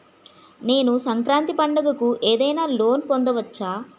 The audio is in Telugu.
నేను సంక్రాంతి పండగ కు ఏదైనా లోన్ పొందవచ్చా?